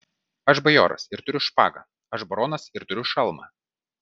aš bajoras ir turiu špagą aš baronas ir turiu šalmą